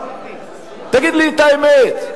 תגיד לי את האמת.